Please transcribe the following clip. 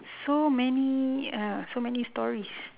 so many !aiya! so many stories